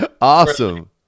Awesome